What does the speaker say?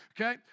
okay